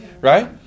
right